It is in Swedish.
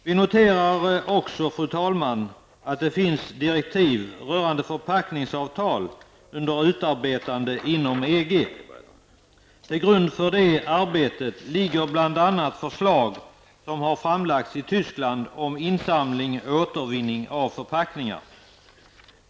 Vi noterar också, fru talman, att det finns direktiv rörande förpackningsavtal under utarbetande inom EG. Till grund för det arbetet ligger bl.a. förslag som har framlagts i Tyskland om insamling och återvinning av förpackningar.